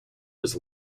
was